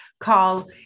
call